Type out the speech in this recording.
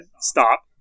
stop